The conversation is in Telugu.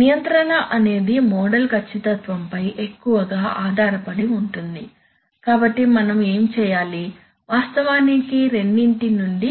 నియంత్రణ అనేది మోడల్ ఖచ్చితత్వంపై ఎక్కువగా ఆధారపడి ఉంటుంది కాబట్టి మనం ఏమి చేయాలి వాస్తవానికి రెండింటి నుండి